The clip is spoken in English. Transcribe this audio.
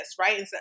right